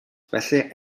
felly